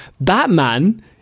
Batman